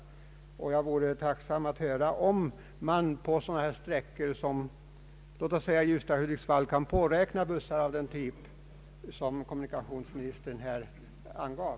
Jag vore till slut tacksam att få höra, om man på sådana sträckor som t.ex. Ljusdal—Hudiksvall kan påräkna bussar av den typ kommunikationsministern angav.